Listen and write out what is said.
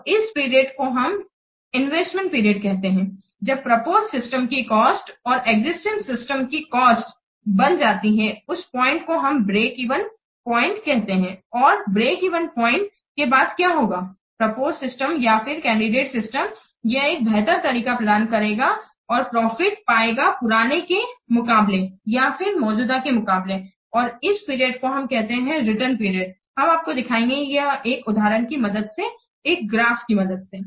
तो इस पीरियडको हम इन्वेस्टमेंट पीरियड कहते हैं जब प्रपोज सिस्टम की कॉस्ट और एक्जिस्टिंग सिस्टम की कॉस्ट बन जाती है उस पॉइंट को हम ब्रेक इवन प्वाइंट कहते हैं और ब्रेक इवन प्वाइंट के बाद क्या होगा प्रपोज सिस्टम या फिर कैंडिडेट सिस्टम यह एक बेहतर तरीका प्रदान करेगा और प्रॉफिट पाएगा पुराने के मुकाबले या फिर मौजूदा के मुकाबले और इस पीरियडको हम कहते हैं रिटर्नपीरियड हम आपको दिखाएंगे यह एक उदाहरण की मदद से एक ग्राफ की मदद से